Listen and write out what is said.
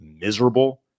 miserable